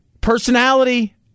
personality